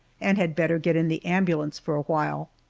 and had better get in the ambulance for a while.